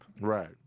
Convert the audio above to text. Right